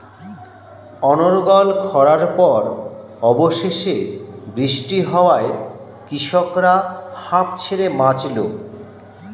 অনর্গল খড়ার পর অবশেষে বৃষ্টি হওয়ায় কৃষকরা হাঁফ ছেড়ে বাঁচল